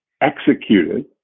executed